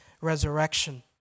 resurrection